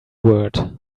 word